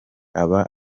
aba